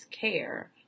care